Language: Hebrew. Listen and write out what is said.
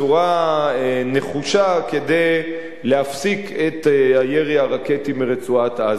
נחושה כדי להפסיק את הירי הרקטי מרצועת-עזה.